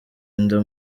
inda